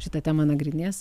šitą temą nagrinės